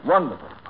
Wonderful